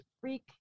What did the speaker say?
freak